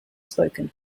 spoken